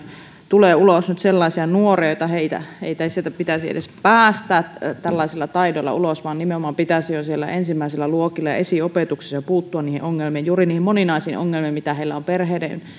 tulee ulos sellaisia nuoria joita ei sieltä pitäisi edes päästää tällaisilla taidoilla ulos vaan nimenomaan pitäisi jo ensimmäisillä luokilla ja esiopetuksessa puuttua niihin ongelmiin juuri niihin moninaisiin ongelmiin mitä heillä on perheiden